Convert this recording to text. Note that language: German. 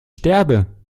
sterbe